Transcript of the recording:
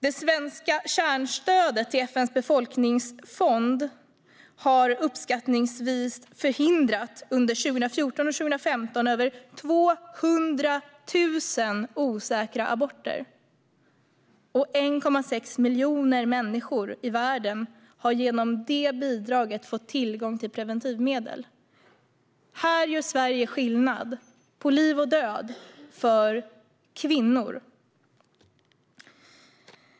Det svenska kärnstödet till FN:s befolkningsfond har under 2014 och 2015 uppskattningsvis förhindrat över 200 000 osäkra aborter, och 1,6 miljoner människor i världen har genom detta bidrag fått tillgång till preventivmedel. Här gör Sverige skillnad för kvinnor på liv och död.